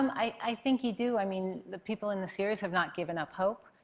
um i think you do. i mean, the people in the series have not given up hope.